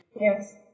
Yes